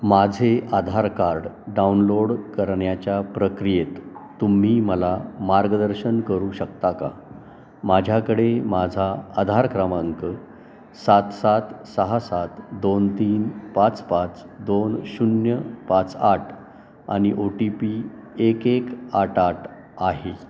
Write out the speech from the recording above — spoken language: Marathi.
माझे आधार कार्ड डाउनलोड करण्याच्या प्रक्रियेत तुम्ही मला मार्गदर्शन करू शकता का माझ्याकडे माझा आधार क्रमांक सात सात सहा सात दोन तीन पाच पाच दोन शून्य पाच आठ आणि ओ टी पी एक एक आठ आठ आहे